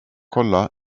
kolla